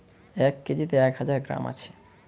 এক কেজিতে এক হাজার গ্রাম আছে